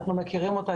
אנחנו מכירים אותה,